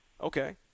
Okay